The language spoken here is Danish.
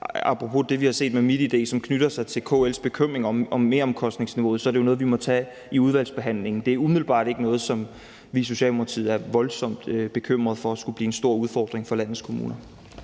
apropos det, vi har set med MitID – som knytter sig til KL's bekymring i forhold til meromkostningsniveauet, er det jo noget, vi må tage i udvalgsbehandlingen. Det er umiddelbart ikke noget, som vi i Socialdemokratiet er voldsomt bekymrede for skulle blive en stor udfordring for landets kommuner.